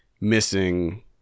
missing